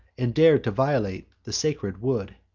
and dared to violate the sacred wood.